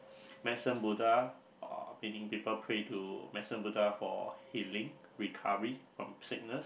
medicine Buddha uh people pray to medicine Buddha for healing recovery from sickness